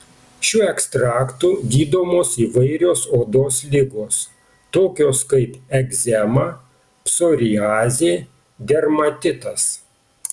šiuo ekstraktu gydomos įvairios odos ligos tokios kaip egzema psoriazė dermatitas